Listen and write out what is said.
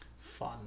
fun